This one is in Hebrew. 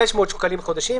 500 שקלים חדשים,"